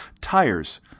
Tires